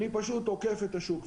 אני פשוט עוקף את השוק,